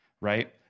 right